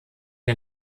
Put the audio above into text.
die